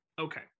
okay